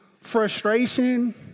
frustration